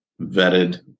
vetted